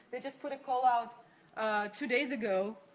they just put a call out two days ago